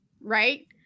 right